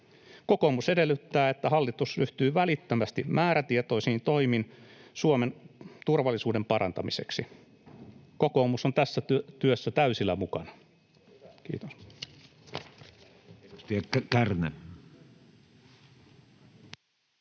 Kokoomus edellyttää, että hallitus ryhtyy välittömästi määrätietoisiin toimiin Suomen turvallisuuden parantamiseksi. Kokoomus on tässä työssä täysillä mukana. — Kiitos.